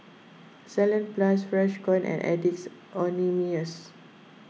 Salonpas Freshkon and Addicts Anonymous